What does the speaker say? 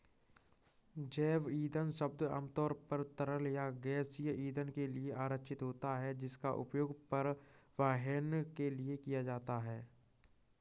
जैव ईंधन शब्द आमतौर पर तरल या गैसीय ईंधन के लिए आरक्षित होता है, जिसका उपयोग परिवहन के लिए किया जाता है